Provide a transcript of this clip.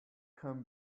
can